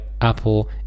apple